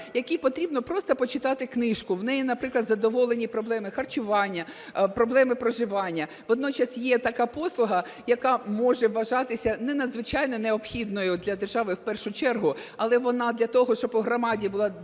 якій потрібно просто почитати книжку. В неї, наприклад, задоволені проблеми харчування, проблеми проживання, водночас є така послуга, яка може вважатися не надзвичайно необхідною для держави в першу чергу, але вона для того, щоб у громаді була єдність,